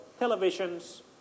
televisions